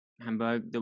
hamburg